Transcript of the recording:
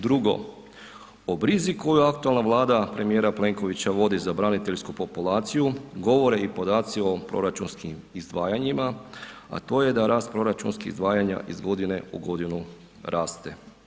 Drugo, o brizi koju aktualna Vlada premijera Plenkovića vodi za braniteljsku populaciju govore i podaci o proračunskim izdvajanjima, a to je da rast proračunskih izdvajanja iz godine u godinu raste.